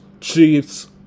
Chiefs